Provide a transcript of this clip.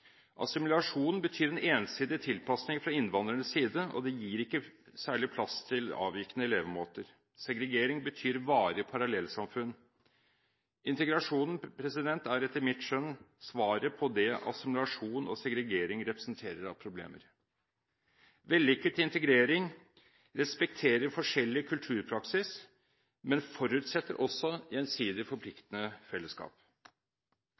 Assimilasjon betyr en ensidig tilpasning fra innvandrernes side, og det gir ikke særlig plass til avvikende levemåter. Segregering betyr varig parallellsamfunn. Integrasjonen er etter mitt skjønn svaret på det som assimilasjon og segregering representerer av problemer. Vellykket integrering respekterer forskjellig kulturpraksis, men forutsetter også gjensidig forpliktende fellesskap.